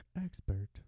expert